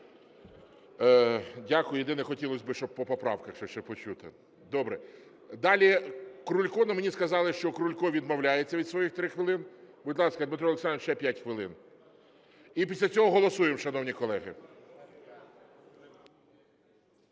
Дякую. Єдине хотілось би, щоб по поправках ще щось почути. Добре. Далі Крулько, але мені сказали, що Крулько відмовляється від своїх трьох хвилин. Будь ласка, Дмитро Олександрович, ще п'ять хвилин. І після цього голосуємо, шановні колеги.